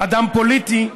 אדם פוליטי,